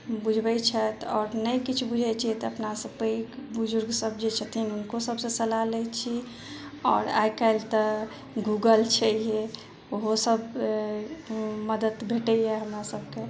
बुझबै छथि आओर नहि किछु बुझै छियै तऽ अपनासब पैघ बुजुर्ग सब जे छथिन हुनको सबसे सलाह लै छी आओर आइ काल्हि तऽ गूगल छै ओहो सब मदद भेटैया हमरा सबके